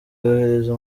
yohereza